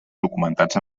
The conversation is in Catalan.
documentats